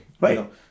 right